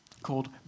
called